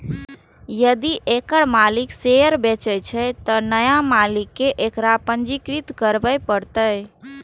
यदि एकर मालिक शेयर बेचै छै, तं नया मालिक कें एकरा पंजीकृत करबय पड़तैक